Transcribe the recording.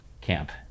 camp